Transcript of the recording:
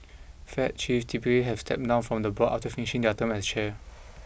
fed chiefs typically have stepped down from the board after finishing their term as chair